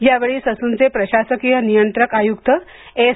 यावेळी ससूनचे प्रशासकीय नियंत्रक आयुक्त एस